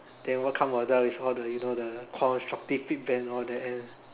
then what come after is all the you know the constructive feedback and all that and